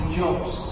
jobs